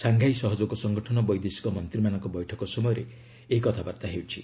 Shanghai ସହଯୋଗ ସଂଗଠନ ବୈଦେଶିକ ମନ୍ତ୍ରୀମାନଙ୍କ ବୈଠକ ସମୟରେ ଏହି କଥାବାର୍ତ୍ତା ହେଉଛି